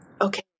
Okay